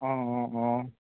অঁ অঁ অঁ